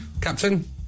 Captain